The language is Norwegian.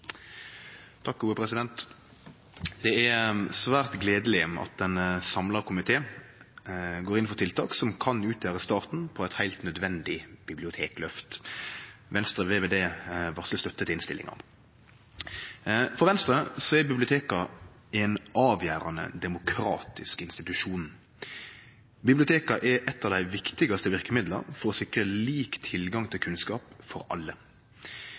er svært gledeleg at ein samla komité går inn for tiltak som kan utgjere starten på eit heilt nødvendig bibliotekløft. Venstre vil med dette varsle støtte til innstillinga. For Venstre er biblioteket ein avgjerande demokratisk institusjon. Biblioteka er eit av dei viktigaste verkemidla for å sikre lik tilgang til kunnskap for alle.